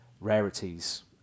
Rarities